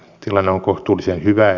tilanne on kohtuullisen hyvä